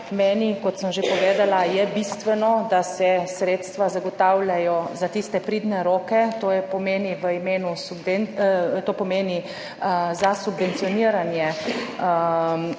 Meni, kot sem že povedala, je bistveno, da se sredstva zagotavljajo za tiste pridne roke, to pomeni v imenu subven…,